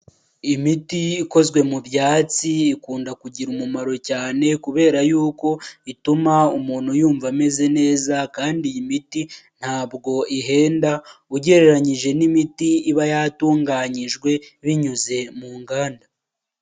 Imiti ikozwe mu byatsi ikunda kugira umumaro cyane kubera yuko ituma umuntu yumva ameze neza., kandi iyi miti ntabwo ihenda ugereranyije n'imiti iba yatunganyijwe binyuze mu nganda.